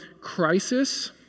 crisis